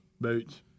Boots